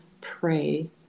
pray